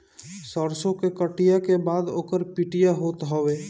सरसो के कटिया के बाद ओकर पिटिया होत हवे